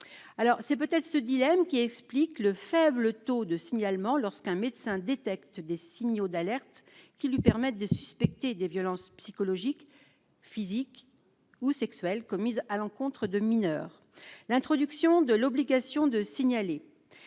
c'est peut-être ce dilemme qui explique le faible taux de signalement, lorsqu'un médecin détecte des signaux d'alerte qui lui permettent de suspecter des violences psychologiques, physiques ou sexuelles commises à l'encontre de mineurs, l'introduction de l'obligation de signaler